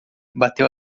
bateu